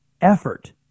effort